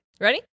Ready